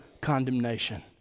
condemnation